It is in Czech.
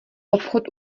obchod